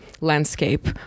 landscape